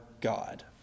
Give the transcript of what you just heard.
God